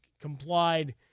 complied